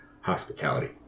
hospitality